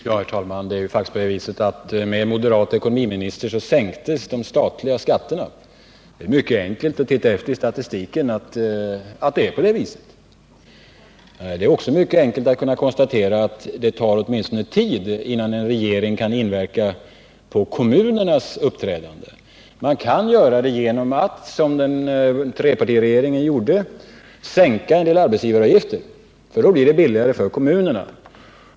Herr talman! Det är faktiskt så att de statliga skatterna sänktes under en moderat ekonomiminister. Det är mycket enkelt att kontrollera i statistiken. Det är också mycket enkelt att konstatera att det tar tid innan en regering kan påverka kommunernas uppträdande. Man kan, som trepartiregeringen gjorde, sänka en del arbetsgivaravgifter, vilket gör det billigare för kommunerna.